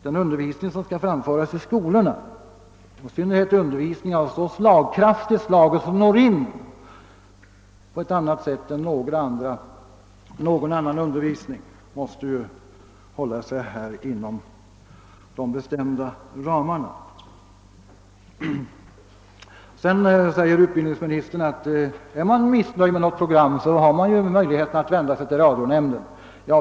Den undervisning som skall bedrivas i skolorna, i synnerhet då undervisning via radio och TV med större slagkraft än någon annan undervisning, måste hålla sig inom de bestämda ramarna. Utbildningsministern framhåller vidare att om man är missnöjd med något program, så har man möjligheter att vända sig till radionämnden.